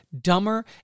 dumber